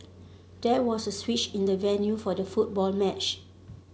there was a switch in the venue for the football match